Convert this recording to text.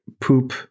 poop